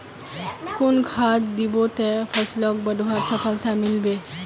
कुन खाद दिबो ते फसलोक बढ़वार सफलता मिलबे बे?